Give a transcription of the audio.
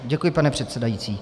Děkuji, pane předsedající.